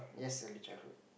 yes early childhood